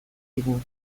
digu